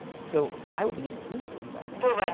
so, what i would begin a community by say, hey,